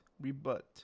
rebut